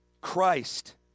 Christ